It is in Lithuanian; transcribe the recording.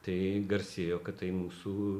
tai garsėjo kad tai mūsų